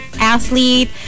athlete